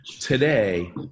today